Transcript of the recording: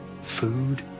Food